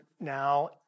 now